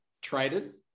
Traded